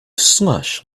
slush